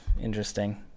interesting